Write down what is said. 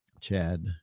Chad